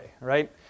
right